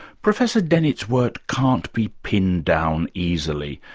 professor dennett's work can't be pinned down easily,